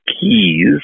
keys